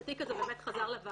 התיק הזהב אמת חזר לוועדה,